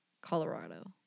colorado